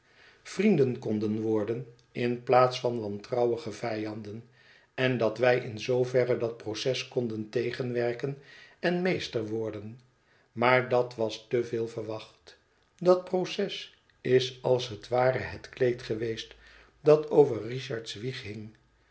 vrienden konden worden in plaats van wantrouwige vijanden en dat wij in zooverre dat proces konden tegenwerken én meester worden maar dat was te veel verwacht dat proces is als het ware het kleed geweest dat over richard's wieg